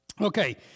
Okay